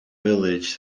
village